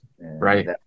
Right